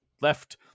left